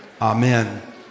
amen